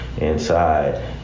inside